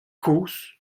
kozh